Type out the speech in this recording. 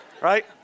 right